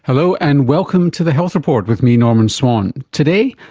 hello, and welcome to the health report, with me, norman swan. today,